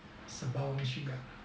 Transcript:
sembawang shipyard